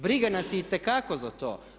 Briga nas je itekako za to.